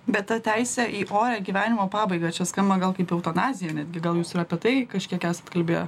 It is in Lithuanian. be ta teisę į orią gyvenimo pabaigą čia skamba gal kaip eutanazija netgi gal jūs ir apie tai kažkiek esat kalbėję